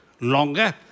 longer